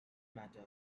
matter